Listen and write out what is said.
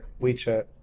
WeChat